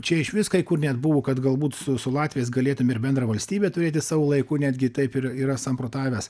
čia išvis kai kur net buvo kad galbūt su su latviais galėtum ir bendrą valstybę turėti savo laiku netgi taip ir yra samprotavęs